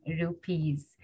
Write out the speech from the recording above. rupees